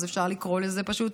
אז אפשר לקרוא לזה פשוט